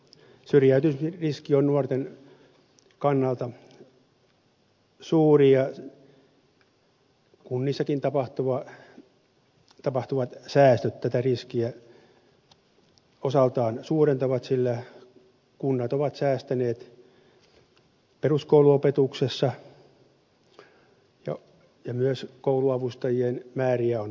syrjäytymisriski on nuorten kannalta suuri ja kunnissakin tapahtuvat säästöt tätä riskiä osaltaan suurentavat sillä kunnat ovat säästäneet peruskouluopetuksessa ja myös kouluavustajien määriä on vähennetty